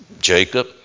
Jacob